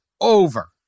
over